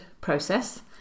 process